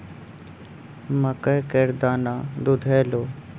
मकइ केर दाना दुधेलौ?